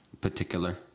Particular